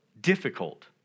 difficult